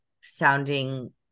sounding